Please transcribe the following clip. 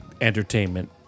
entertainment